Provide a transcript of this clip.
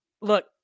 Look